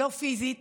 לא פיזית